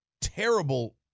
terrible